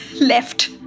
left